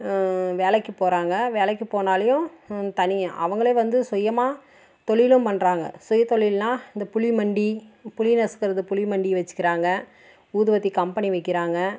வேலைக்கு போகறாங்க வேலைக்கு போனாலும் தனியாக அவங்களே வந்து சுயமாக தொழிலும் பண்ணுறாங்க சுயதொழில்னா இந்த புளிமண்டி புளி நசுக்குறக்கு புளிமண்டி வச்சுக்குறாங்க ஊதுவத்தி கம்பெனி வைக்குறாங்க